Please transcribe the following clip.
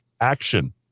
action